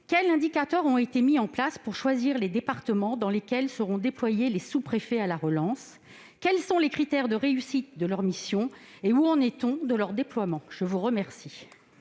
quels indicateurs ont été mis en place pour choisir les départements dans lesquels seront déployés les sous-préfets à la relance ? Quels sont les critères de réussite de leurs missions ? Où en est-on de leur déploiement ? La parole